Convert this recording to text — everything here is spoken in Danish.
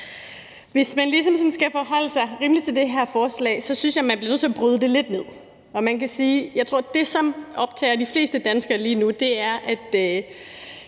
ligesom skal forholde sig rimeligt til det her forslag, synes jeg, man bliver nødt til at bryde det lidt ned. Man kan sige, at det, som jeg tror optager de fleste danskere lige nu, er, at